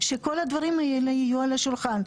שכל הדברים האלה יהיו על השולחן.